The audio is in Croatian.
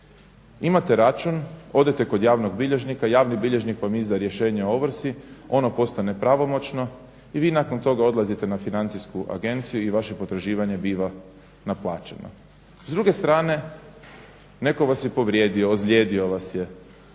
Imate račun, odete kod javnog bilježnika, javni bilježnik vam izda rješenje o ovrsi, ono postane pravomoćno i vi nakon toga odlazite na Financijsku agenciju i vaše potraživanje biva naplaćeno. S druge strane netko vas je povrijedio, ozlijedio vas je